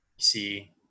see